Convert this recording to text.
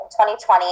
2020